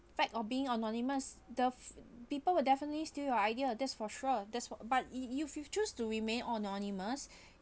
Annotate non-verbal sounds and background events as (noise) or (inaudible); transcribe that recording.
fact of being anonymous the people will definitely steal your idea that's for sure that's fo~ that's but you you you choose to remain anonymous (breath)